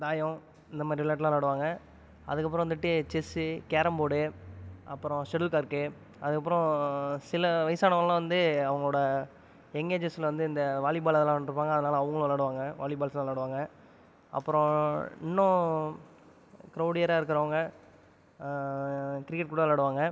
தாயம் இந்த மாதிரி விளாட்டுலா விளாடுவாங்க அதுக்கப்பறம் வந்துட்டு செஸ் கேரம் போர்டு அப்பறம் ஷட்டில் கார்க் அதுக்கப்பறம் சில வயசானவங்கலாம் வந்து அவங்களோட எங்கேஜஸில் வந்து இந்த வாலிபால் அதுலாம் விளாண்டுட்ருப்பாங்க அதனால் அவங்களும் விளாடுவாங்க வாலிபால்ஸ்லாம் விளாடுவாங்க அப்பறம் இன்னும் க்ரௌடியராக இருக்கறவங்க கிரிக்கெட் கூட விளாடுவாங்க